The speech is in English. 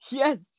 yes